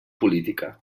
política